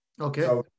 Okay